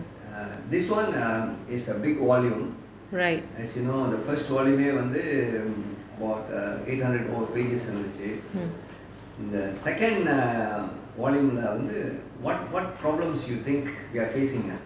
right